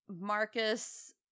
Marcus